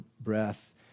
breath